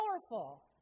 powerful